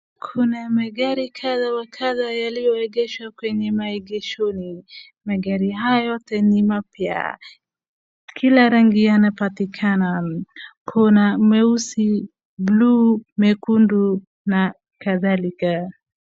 Kuna magari kadha wa kadha yaliyoegeshwa kwenye maegeshoni. Magari haya yote ni mapya. Kila rangi yanapatikana humu. Kuna mweusi, bluu, mekundu na kathalika.